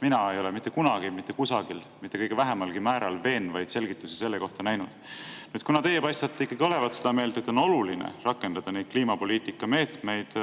Mina ei ole mitte kunagi mitte kusagil mitte kõige vähemalgi määral veenvaid selgitusi selle kohta näinud. Kuna teie paistate ikkagi olevat seda meelt, et on oluline rakendada neid kliimapoliitikameetmeid,